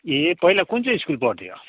ए पहिला कुन चाहिँ स्कुल पढ्थ्यो